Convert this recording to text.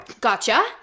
Gotcha